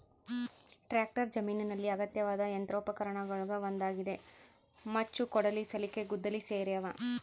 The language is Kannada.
ಟ್ರಾಕ್ಟರ್ ಜಮೀನಿನಲ್ಲಿ ಅಗತ್ಯವಾದ ಯಂತ್ರೋಪಕರಣಗುಳಗ ಒಂದಾಗಿದೆ ಮಚ್ಚು ಕೊಡಲಿ ಸಲಿಕೆ ಗುದ್ದಲಿ ಸೇರ್ಯಾವ